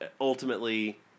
ultimately